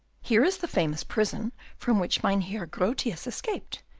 here is the famous prison from which mynheer grotius escaped.